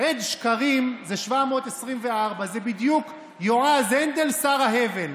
עד שקרים זה 724, זה בדיוק יועז הנדל שר ההבל,